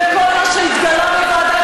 אלה שאוטמים את האוזניים לכל מה שהתגלה בוועדת